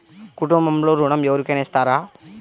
కుటుంబంలో ఋణం ఎవరికైనా ఇస్తారా?